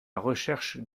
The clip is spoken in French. recherche